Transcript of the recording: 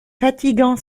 fatigant